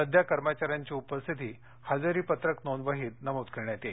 सध्या कर्मचाऱ्यांची उपस्थिती हजेरी पत्रक नोंदवहीत नमूद करण्यात येईल